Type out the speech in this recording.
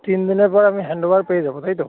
তিন দিনের পর আমি হ্যান্ড ওভার পেয়ে যাবো তাই তো